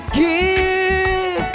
give